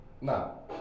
No